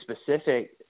specific